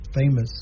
famous